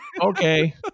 okay